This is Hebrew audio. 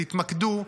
תתמקדו,